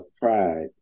pride